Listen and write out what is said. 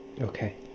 Okay